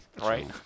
Right